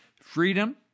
Freedom